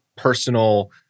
personal